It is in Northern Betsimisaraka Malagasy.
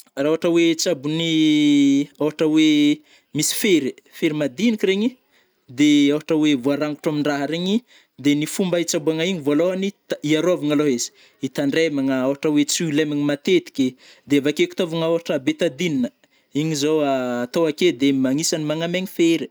Rah ôhatra oe hitsabon'ny ôhatra oe misy fery ai, fery madigniky regny, de ôhatra oe voarangotro amin-draha regny, de ny fomba hitsaboagna igny vôlôhagny, tan hiarovagna alôha izy, hitandremagna ôhatra oe tsy ho lemagna matetiky, de avake koa tôvigna ôhatra hoe betadina igny zao a atô ake de m agnisany manamegny fery.